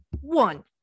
one